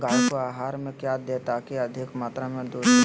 गाय को आहार में क्या दे ताकि अधिक मात्रा मे दूध दे?